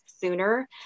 sooner